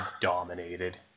dominated